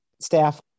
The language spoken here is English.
staff